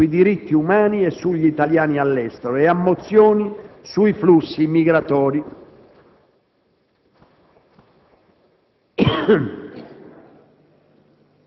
sui diritti umani e sugli italiani all'estero e a mozioni sui flussi migratori.